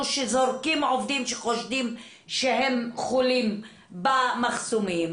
שזורקים עובדים שחושדים שהם חולים במחסומים